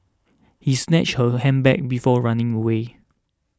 he snatched her handbag before running away